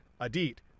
Adit